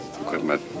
Equipment